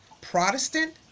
Protestant